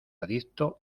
adicto